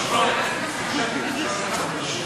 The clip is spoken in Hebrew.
להסדר התדיינויות בסכסוכי משפחה (הוראת שעה) (תיקון),